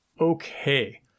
Okay